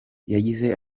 yagize